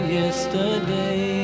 yesterday